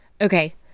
Okay